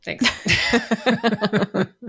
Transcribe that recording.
Thanks